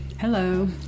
Hello